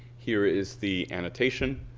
here is the annotation.